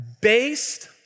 based